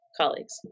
colleagues